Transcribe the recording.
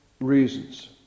reasons